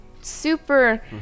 Super